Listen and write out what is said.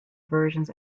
versions